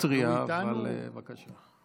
בגימטרייה, אבל, והוא איתנו?